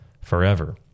forever